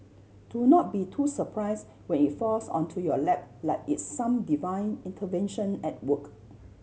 do not be too surprise when it falls onto your lap like it's some divine intervention at work